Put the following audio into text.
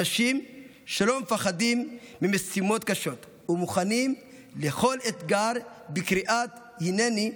אנשים שלא מפחדים ממשימות קשות ומוכנים לכל אתגר בקריאת "הינני".